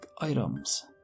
items